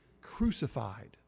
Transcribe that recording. crucified